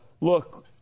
look